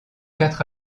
quatre